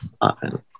often